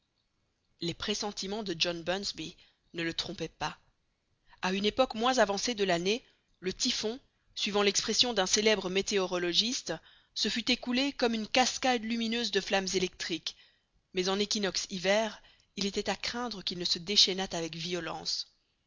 les pressentiments de john bunsby ne le trompaient pas a une époque moins avancée de l'année le typhon suivant l'expression d'un célèbre météorologiste se fût écoulé comme une cascade lumineuse de flammes électriques mais en équinoxe hiver il était à craindre qu'il ne se déchaînât avec violence